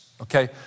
okay